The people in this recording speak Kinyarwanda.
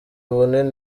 bunini